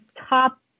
top